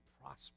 prosper